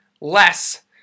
less